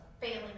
family